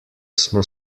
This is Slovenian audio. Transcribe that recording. smo